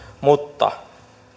mutta